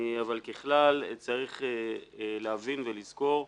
ככלל, צריך להבין ולזכור,